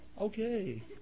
Okay